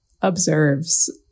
observes